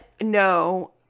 no